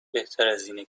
بهترازاینه